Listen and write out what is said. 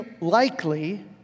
likely